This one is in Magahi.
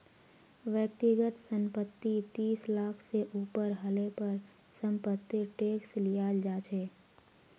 व्यक्तिगत संपत्ति तीस लाख से ऊपर हले पर समपत्तिर टैक्स लियाल जा छे